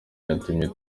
yatumye